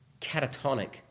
catatonic